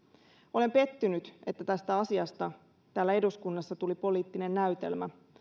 olen pettynyt että tästä asiasta täällä eduskunnassa tuli poliittinen näytelmä